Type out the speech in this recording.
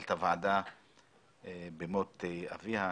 מנהלת הוועדה על מות אביה.